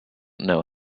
know